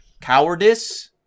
cowardice